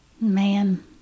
man